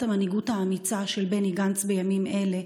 המנהיגות האמיצה של בני גנץ בימים אלה,